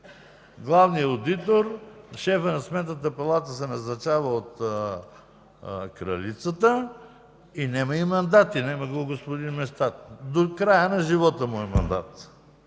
главният одитор, шефът на Сметната палата се назначава от кралицата и няма и мандат – няма го господин Местан. До края на живота му е мандата